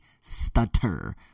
stutter